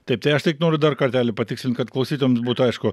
taip tai aš tik noriu dar kartelį patikslint kad klausytojams būtų aišku